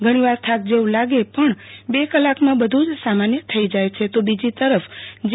ઘણીવાર થાક જેવુ લાગે પણ ર કલાકમાં બધુ જ સામાન્ય થઈ જાય છે તો બીજી તરફ જી